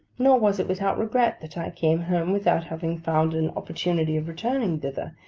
nor was it without regret that i came home, without having found an opportunity of returning thither,